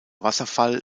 wasserfall